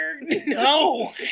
No